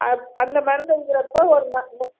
அந்த மருந்து அடிக்கிறப்போ ஒரு